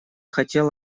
хотел